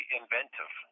inventive